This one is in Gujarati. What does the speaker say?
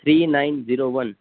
three nine zero one